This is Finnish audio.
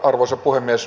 arvoisa puhemies